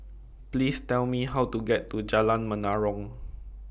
Please Tell Me How to get to Jalan Menarong